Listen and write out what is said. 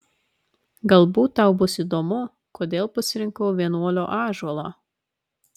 galbūt tau bus įdomu kodėl pasirinkau vienuolio ąžuolą